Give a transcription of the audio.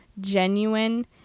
genuine